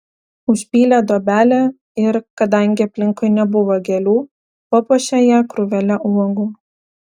užpylė duobelę ir kadangi aplinkui nebuvo gėlių papuošė ją krūvele uogų